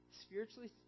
Spiritually